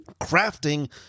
crafting